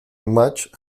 much